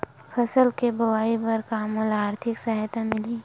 फसल के बोआई बर का मोला आर्थिक सहायता मिलही?